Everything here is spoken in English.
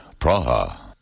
Praha